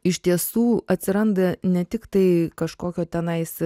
iš tiesų atsiranda ne tiktai kažkokio tenais